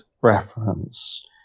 reference